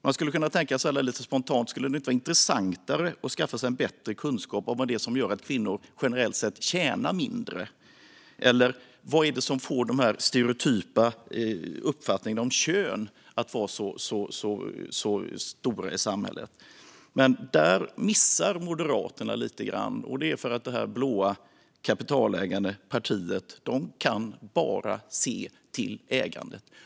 Lite spontant kan man tänka sig att det kanske skulle vara intressantare att skaffa sig bättre kunskap om vad det är som gör att kvinnor generellt sett tjänar mindre eller vad det är som får de stereotypa uppfattningarna om kön att vara så stora i samhället. Men där missar Moderaterna lite grann, och det är för att detta blå, kapitalägande parti bara kan se till ägandet.